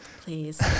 please